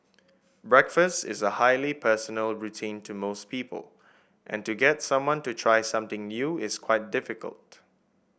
breakfast is a highly personal routine to most people and to get someone to try something new is quite difficult